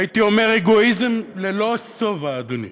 הייתי אומר אגואיזם ללא שובע, אדוני.